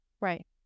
Right